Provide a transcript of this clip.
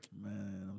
Man